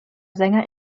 sänger